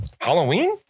Halloween